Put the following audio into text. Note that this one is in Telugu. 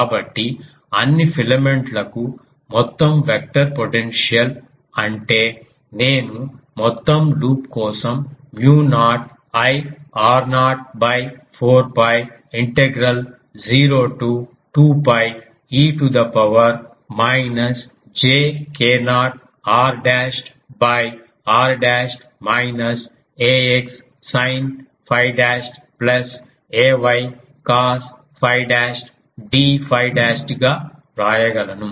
కాబట్టి అన్ని ఫిలమెంట్ లకు మొత్తం వెక్టర్ పొటెన్షియల్ అంటే నేను మొత్తం లూప్ కోసం mu naught I r0 4 𝛑 integral 0 to 2 𝛑 e to the power minus j k0 r dashed r dashed minus ax sin 𝛟 dashed plus ay cos 𝛟 dashed d 𝛟 dashed గా వ్రాయగలను